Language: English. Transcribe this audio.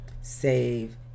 save